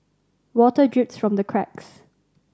water drips from the cracks